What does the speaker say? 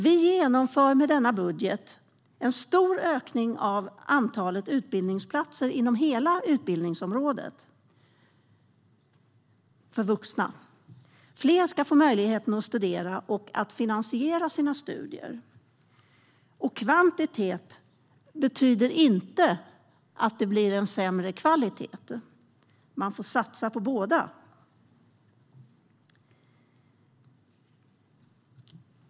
Vi genomför med denna budget en stor ökning av antalet utbildningsplatser inom hela utbildningsområdet för vuxna. Fler ska få möjlighet att studera och finansiera sina studier. Kvantitet betyder inte att det blir en sämre kvalitet. Man får satsa på båda.